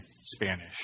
Spanish